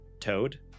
toad